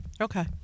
okay